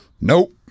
Nope